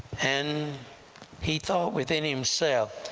and he thought within himself.